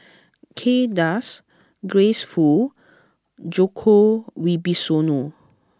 Kay Das Grace Fu Djoko Wibisono